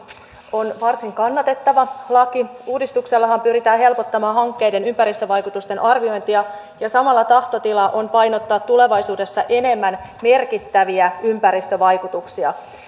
on varsin kannatettava laki uudistuksellahan pyritään helpottamaan hankkeiden ympäristövaikutusten arviointia ja samalla tahtotila on painottaa tulevaisuudessa enemmän merkittäviä ympäristövaikutuksia